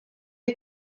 est